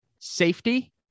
safety